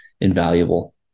invaluable